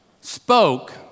spoke